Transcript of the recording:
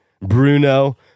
Bruno